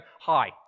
Hi